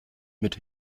mit